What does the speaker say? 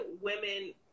women